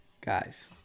Guys